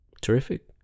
Terrific